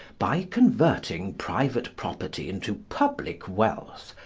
by converting private property into public wealth,